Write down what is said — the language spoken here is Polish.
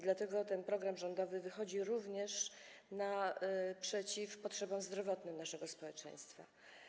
Dlatego ten program rządowy wychodzi również naprzeciw potrzebom zdrowotnym naszego społeczeństwa.